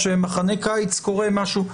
כשבמחנה קיץ קורה משהו.